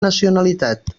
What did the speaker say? nacionalitat